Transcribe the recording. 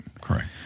Correct